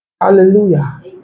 Hallelujah